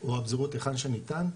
או הפזורות היכן שניתן,